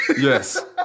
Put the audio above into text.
Yes